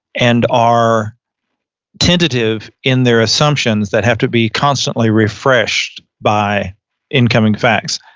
and are tentative in their assumptions that have to be constantly refreshed by incoming facts.